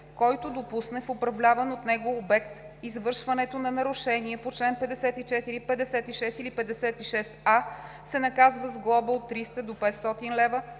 Който допусне в управляван от него обект извършването на нарушение по чл. 54, 56 или 56а се наказва с глоба от 300 до 500 лв.,